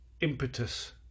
impetus